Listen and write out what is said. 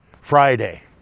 Friday